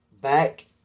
back